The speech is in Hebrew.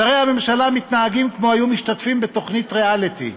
שרי הממשלה מתנהגים כמו היו משתתפים בתוכנית ריאליטי,